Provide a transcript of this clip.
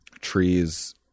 trees